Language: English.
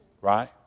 right